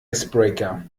icebreaker